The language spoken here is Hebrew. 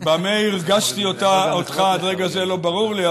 במה הרגזתי אותך עד רגע זה לא ברור לי,